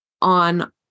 on